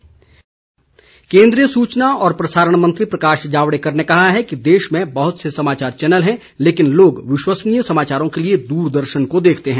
प्रकाश जावडेकर केन्द्रीय सूचना और प्रसारण मंत्री प्रकाश जावड़ेकर ने कहा है कि देश में बहुत से समाचार चैनल हैं लेकिन लोग विश्वसनीय समाचारों के लिए द्रदर्शन को देखते हैं